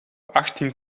achttien